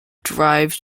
drives